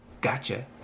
gotcha